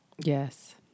Yes